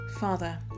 Father